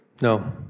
No